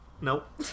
Nope